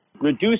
reduce